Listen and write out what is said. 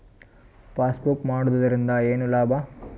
Passbook ಮಾಡುದರಿಂದ ಏನು ಲಾಭ?